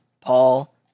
Paul